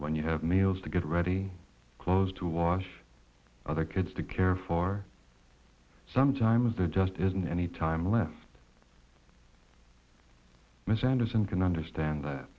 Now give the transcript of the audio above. when you have meals to get ready clothes to wash other kids to care for sometimes there just isn't any time left ms anderson can understand that